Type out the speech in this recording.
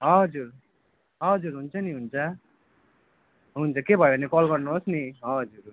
हजुर हजुर हुन्छ नि हुन्छ हुन्छ केही भयो भने कल गर्नुहोस् नि हजुर हुन्छ